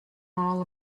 all